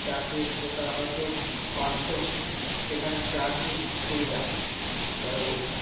চাকরির কোটা হয়তো পাঁচশো সেখানে প্রার্থী কুড়ি লাখ তাহলে বুঝুন